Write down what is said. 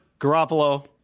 Garoppolo